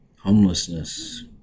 Homelessness